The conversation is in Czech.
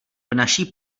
naší